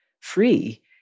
free